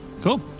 Cool